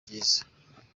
byiza